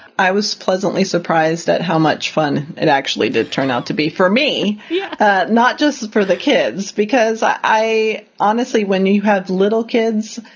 i was pleasantly surprised at how much fun it actually did turn out to be for me, yeah not just for the kids, because i i honestly, when you have little kids,